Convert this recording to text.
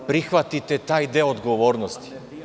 Prihvatite taj deo odgovornosti.